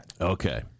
Okay